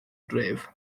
dref